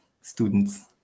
students